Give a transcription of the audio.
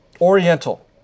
oriental